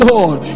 Lord